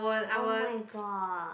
oh-my-god